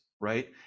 right